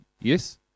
Yes